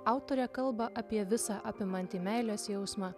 autorė kalba apie visa apimantį meilės jausmą